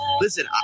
listen